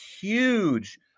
huge